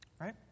Right